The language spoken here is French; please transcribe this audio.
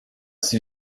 c’est